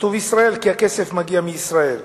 כתוב 'ישראל' כי הכסף מגיע מישראל.